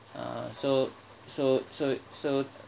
uh so so so so